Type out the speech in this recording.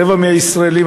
רבע מהישראלים,